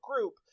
group